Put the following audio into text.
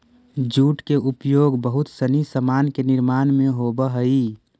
jute के उपयोग बहुत सनी सामान के निर्माण में होवऽ हई